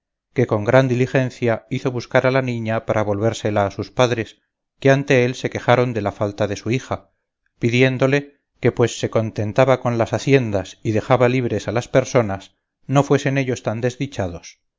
que con gran diligencia hizo buscar a la niña para volvérsela a sus padres que ante él se quejaron de la falta de su hija pidiéndole que pues se contentaba con las haciendas y dejaba libres a las personas no fuesen ellos tan desdichados